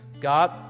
God